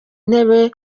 intebe